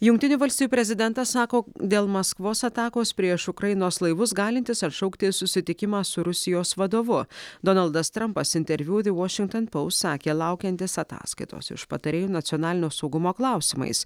jungtinių valstijų prezidentas sako dėl maskvos atakos prieš ukrainos laivus galintis atšaukti susitikimą su rusijos vadovu donaldas trampas interviu ve vošington poust sakė laukiantis ataskaitos iš patarėju nacionalinio saugumo klausimais